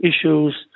issues